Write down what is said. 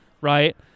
right